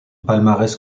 palmarès